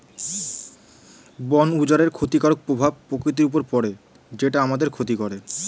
বন উজাড়ের ক্ষতিকারক প্রভাব প্রকৃতির উপর পড়ে যেটা আমাদের ক্ষতি করে